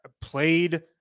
played